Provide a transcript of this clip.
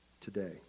today